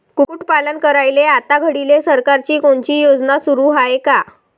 कुक्कुटपालन करायले आता घडीले सरकारची कोनची योजना सुरू हाये का?